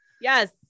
yes